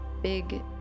big